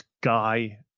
guy